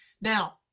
Now